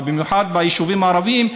ובמיוחד ביישובים הערביים,